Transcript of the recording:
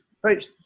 approach